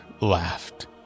laughed